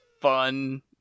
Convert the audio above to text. fun